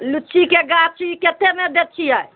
लीचीके गाछी कतेकमे दै छियै